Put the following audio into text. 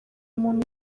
umuntu